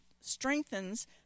strengthens